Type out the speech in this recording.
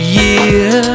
year